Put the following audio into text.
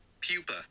pupa